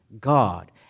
God